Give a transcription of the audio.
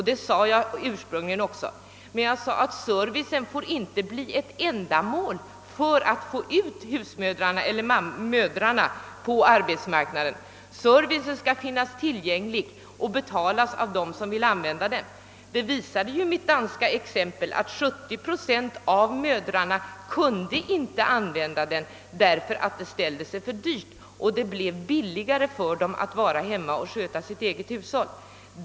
Det sade jag också ursprungligen, men jag tillade att servicen inte får bli ett medel för att få ut mödrarna på arbetsmarknaden. Servicen skall finnas tillgänglig och betalas av dem som vill använda den. Mitt danska exempel visade att 70 procent av mödrarna inte kunde använda erbjuden service därför att den ställde sig för dyr. Det blev billigare att vara hemma och sköta sitt eget hushåll.